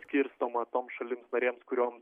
skirstoma toms šalims narėms kurioms